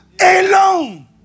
Alone